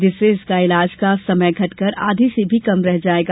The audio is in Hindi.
जिससे इसका इलाज का समय घटकर आधे से भी कम रह जाएगा